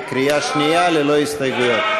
בקריאה שנייה ללא ההסתייגויות.